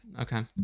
okay